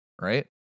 right